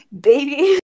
Baby